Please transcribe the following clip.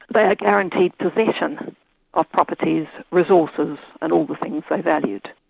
but guaranteed possession of properties, resources and all the things they valued.